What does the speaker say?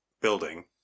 building